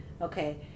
Okay